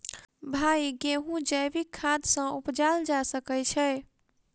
भाई गेंहूँ जैविक खाद सँ उपजाल जा सकै छैय?